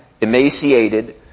emaciated